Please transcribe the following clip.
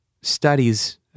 studies